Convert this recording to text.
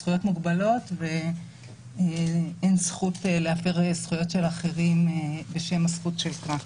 הזכויות מוגבלות ואין זכות להפר זכויות של אחרים בשם הזכות שלך.